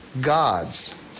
gods